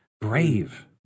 brave